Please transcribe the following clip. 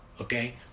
okay